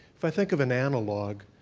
if i think of an analog,